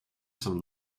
some